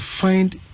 find